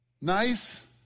nice